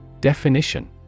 Definition